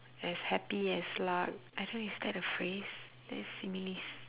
as happy as lark I don't is that a phrase that is similes